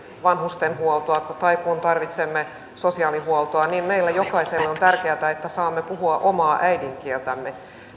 vanhustenhuoltoa tai kun tarvitsemme sosiaalihuoltoa niin meille jokaiselle on tärkeätä että saamme puhua omaa äidinkieltämme